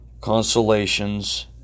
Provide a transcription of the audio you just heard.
consolations